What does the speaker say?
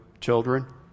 children